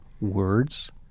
words